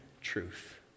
truth